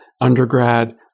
undergrad